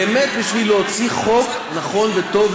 באמת בשביל להוציא חוק נכון וטוב.